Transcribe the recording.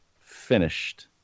finished